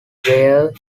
where